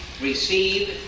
receive